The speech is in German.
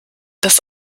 das